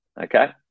okay